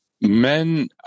Men